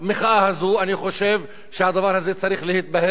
אני חושב שהדבר הזה צריך להתבהר ולהתברר